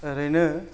ओरैनो